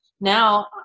now